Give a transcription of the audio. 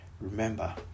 remember